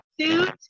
suit